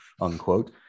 unquote